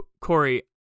Corey